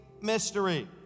mystery